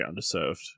underserved